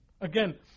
Again